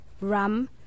rum